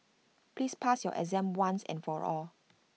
please pass your exam once and for all